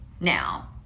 now